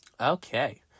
Okay